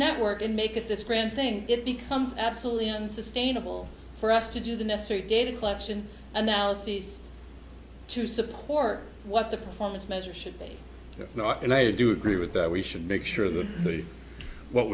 network and make of this grand thing it becomes absolutely unsustainable for us to do the necessary data collection analyses to support what the performance measures should be not going to do agree with that we should make sure that what